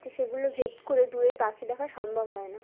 যে সেগুলো ভেদ করে দূরের পাখি দেখা সম্ভব হয় না